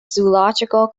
zoological